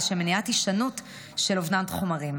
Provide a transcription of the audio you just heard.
לשם מניעת הישנות של אובדן חומרים.